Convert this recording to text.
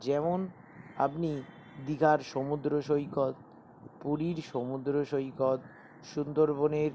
যেমন আপনি দীঘার সমুদ্র সৈকত পুরীর সমুদ্র সৈকত সুন্দরবনের